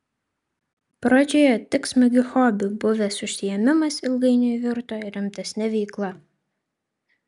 pradžioje tik smagiu hobiu buvęs užsiėmimas ilgainiui virto rimtesne veikla